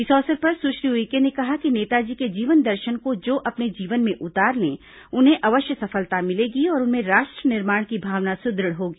इस अवसर पर सुश्री उइके ने कहा कि नेताजी के जीवन दर्शन को जो अपने जीवन में उतार लें उन्हें अवश्य सफलता मिलेगी और उनमें राष्ट्र निर्माण की भावना सुदृढ़ होगी